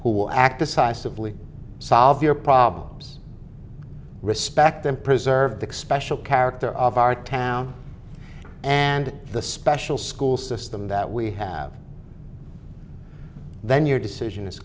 will act decisively solve your problems respect them preserve the special character of our town and the special school system that we have then your decision